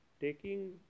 taking